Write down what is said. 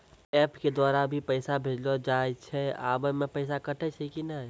App के द्वारा भी पैसा भेजलो जाय छै आबै मे पैसा कटैय छै कि नैय?